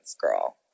girl